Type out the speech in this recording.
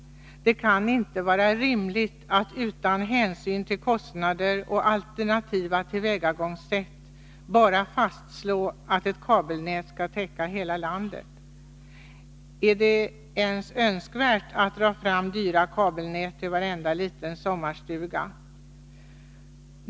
Det kan inte vara rimligt att utan hänsyn till kostnader och alternativa tillvägagångssätt bara fastslå att ett kabelnät skall täcka hela landet. Är det ens önskvärt att dra fram dyra kabelnät till varenda liten sommarstuga?